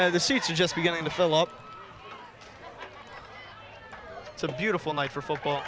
and the seats are just beginning to fill up it's a beautiful night for football